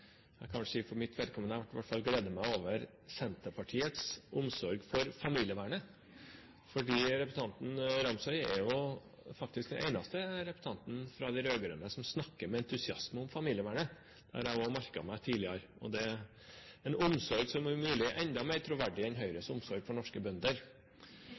Jeg kan si for mitt vedkommende at jeg i hvert fall gleder meg over Senterpartiets omsorg for familievernet. Representanten Ramsøy er faktisk den eneste representanten fra de rød-grønne som snakker med entusiasme om familievernet. Det har jeg også merket meg tidligere. Det er en omsorg som om mulig er enda mer troverdig enn Høyres omsorg for norske bønder.